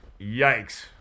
Yikes